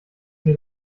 wir